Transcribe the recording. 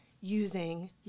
using